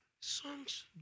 Songs